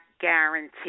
Guarantee